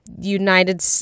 united